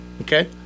Okay